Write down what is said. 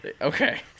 Okay